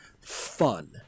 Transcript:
fun